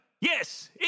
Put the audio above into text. Yes